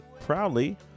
proudly